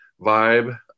vibe